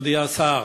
אדוני השר,